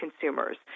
consumers